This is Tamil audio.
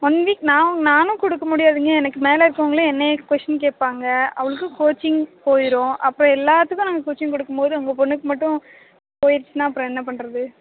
ஒன் வீக் நான் நானும் கொடுக்க முடியாதுங்க எனக்கு மேலே இருக்கவங்களும் என்னையை கொஷின் கேட்பாங்க அவளுக்கு கோச்சிங் போயிரும் அப்புறம் எல்லாத்துக்கும் நாங்கள் கோச்சிங் கொடுக்கும் போது உங்கள் பொண்ணுக்கு மட்டும் போயிடுச்சுன்னா அப்புறம் என்ன பண்ணுறது